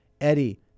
Eddie